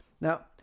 now